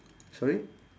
sorry